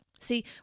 See